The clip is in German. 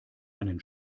einen